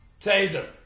Taser